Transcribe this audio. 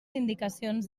indicacions